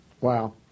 Wow